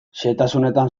xehetasunetan